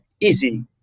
easy